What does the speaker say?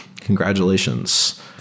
congratulations